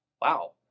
wow